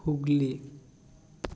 Hooghly